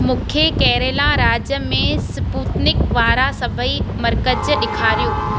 मूंखे केरल राज्य में स्पूतनिक वारा सभई मर्कज़ ॾेखारियो